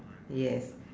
yes